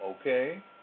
Okay